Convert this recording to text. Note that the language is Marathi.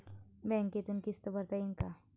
बँकेतून किस्त भरता येईन का?